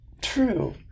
True